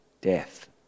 death